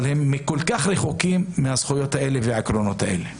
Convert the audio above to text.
אבל הם כל כך רחוקים מהזכויות האלה ומהעקרונות האלה.